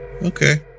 Okay